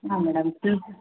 ಹಾಂ madam fees